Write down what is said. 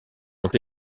ont